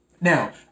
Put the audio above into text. Now